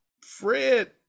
Fred